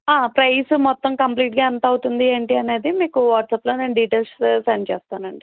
price మొత్తం కంప్లిట్గా ఎంత అవుతుంది ఏంటి అనేది మీకు వాట్సాప్లో నేను మీకు డీటేయిల్స్ సెండ్ చేస్తాను అండి